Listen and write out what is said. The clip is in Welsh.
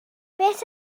beth